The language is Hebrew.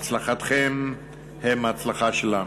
הצלחתם היא הצלחתנו.